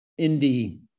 indie